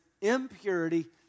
impurity